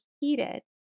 heated